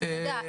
אתה יודע,